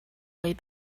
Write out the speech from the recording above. way